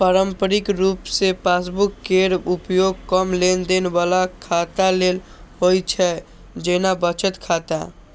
पारंपरिक रूप सं पासबुक केर उपयोग कम लेनदेन बला खाता लेल होइ छै, जेना बचत खाता